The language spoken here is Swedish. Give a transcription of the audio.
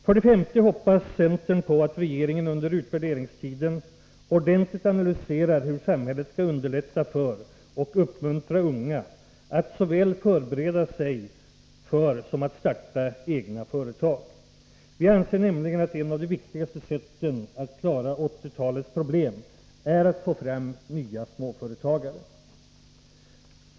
För det femte hoppas centern på att regeringen under utvärderingstiden ordentligt analyserar hur samhället skall underlätta för och uppmuntra unga att såväl förbereda sig för egenföretagande som att starta egna företag. Vi anser nämligen att ett av de viktigaste sätten att klara 1980-talets problem är att få fram nya småföretagare.